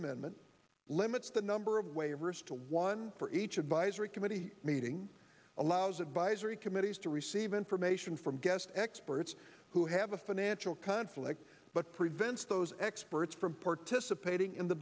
amendment limits the number of waivers to one for each advisory committee meeting allows it buys very committees to receive information from guest experts who have a financial conflict but prevents those experts from participating in the